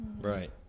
Right